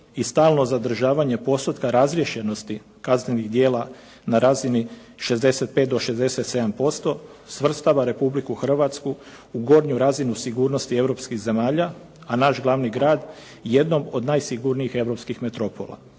i stalno zadržavanje postotka razriješenosti kaznenih djela na razini 65-67%, svrstava Republiku Hrvatsku u gornju razinu sigurnosti europskih zemalja, a naš glavni grad jedno od najsigurnijih europskih metropola.